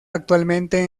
actualmente